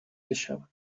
بشوند